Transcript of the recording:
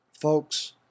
Folks